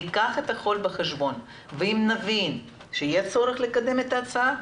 ניקח את הכל בחשבון ואם נבין שיהיה צורך לקדם את ההצעה,